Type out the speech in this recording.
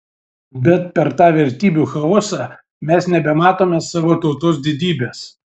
bet per tą vertybių chaosą mes nebematome savo tautos didybės